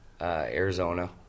Arizona